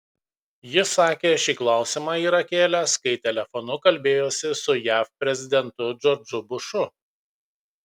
jis sakė šį klausimą yra kėlęs kai telefonu kalbėjosi su jav prezidentu džordžu bušu